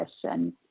question